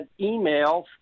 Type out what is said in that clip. emails